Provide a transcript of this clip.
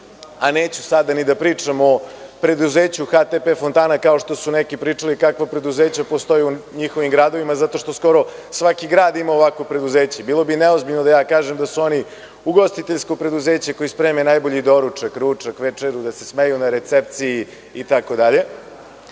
a neću sada ni da pričam o preduzeću HTP „Fontana“, kao što su neki pričali kakva preduzeća postoje u njihovim gradovima, zato što skoro svaki grad ima ovakvo preduzeće. Bilo bi neozbiljno da kažem da su oni ugostiteljsko preduzeće, koji spremaju najbolji doručak, ručak, večeru, da se smeju na recepciji itd,